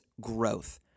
growth